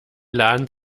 laden